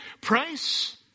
price